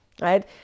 Right